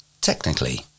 Technically